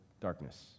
darkness